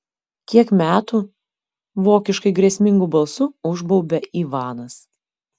kiek metų vokiškai grėsmingu balsu užbaubia ivanas